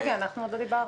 רגע, אנחנו עוד לא דיברנו.